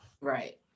Right